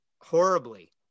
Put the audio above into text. horribly